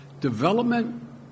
development